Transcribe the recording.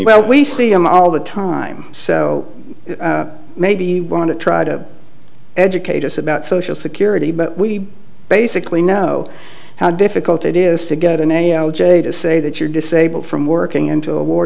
well we see him all the time so maybe want to try to educate us about social security but we basically know how difficult it is to get an a i j to say that you're disabled from working into a war